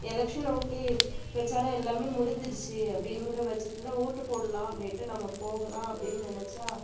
election okay பிரச்சாரம் எல்லாமே முடிஞ்சிடுச்சு அப்படின்ங்கிற பட்சத்தில் ஓட்டுப் போடலாம் அப்படின்ட்டு நம்ம போகலாம் அப்படின்னு நினச்சா